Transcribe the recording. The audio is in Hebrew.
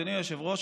אדוני היושב-ראש,